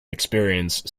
experience